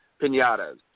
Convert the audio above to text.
pinatas